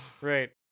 right